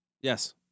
Yes